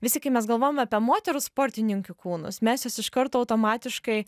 visi kai mes galvojam apie moterų sportininkių kūnus mes juos iš karto automatiškai